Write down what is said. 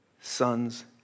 sons